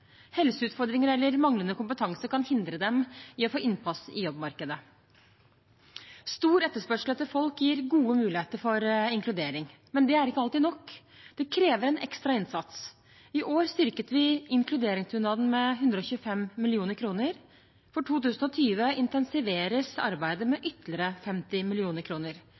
Helseutfordringer eller manglende kompetanse kan hindre dem i å få innpass i jobbmarkedet. Stor etterspørsel etter folk gir gode muligheter for inkludering. Men det er ikke alltid nok. Det krever en ekstra innsats. I år styrket vi inkluderingsdugnaden med 125 mill. kr. For 2020 intensiveres arbeidet med ytterligere 50